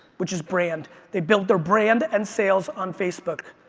which is brand. they built their brand and sales on facebook.